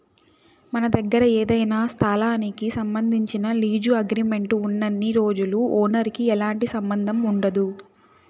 మన దగ్గర ఏదైనా స్థలానికి సంబంధించి లీజు అగ్రిమెంట్ ఉన్నన్ని రోజులు ఓనర్ కి ఎలాంటి సంబంధం ఉండదు